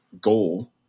goal